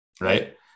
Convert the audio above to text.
right